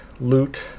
loot